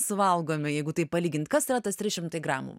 suvalgomi jeigu taip palygint kas yra tas trys šimtai gramų